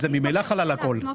זה כתוב.